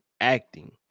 acting